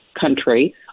Country